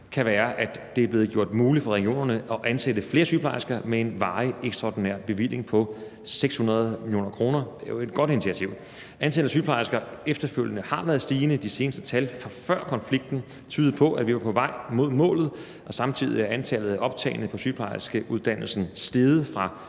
kan være, at det er blevet gjort muligt for regionerne at ansætte flere sygeplejersker med en varig ekstraordinær bevilling på 600 mio. kr. Det er jo et godt initiativ. Ansættelsen af sygeplejersker efterfølgende har været stigende. De seneste tal fra før konflikten tydede på, at vi var på vej mod målet. Samtidig er antallet af optagne på sygeplejerskeuddannelsen steget fra